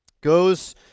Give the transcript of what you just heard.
goes